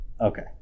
Okay